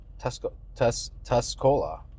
Tuscola